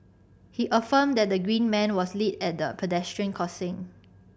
he affirmed that the green man was lit at the pedestrian crossing